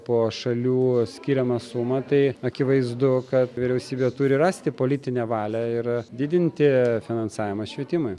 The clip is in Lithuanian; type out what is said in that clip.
po šalių skiriamą sumą tai akivaizdu kad vyriausybė turi rasti politinę valią ir didinti finansavimą švietimui